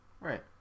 Right